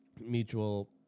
mutual